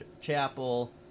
chapel